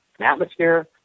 atmosphere